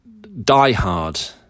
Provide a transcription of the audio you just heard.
diehard